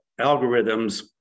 algorithms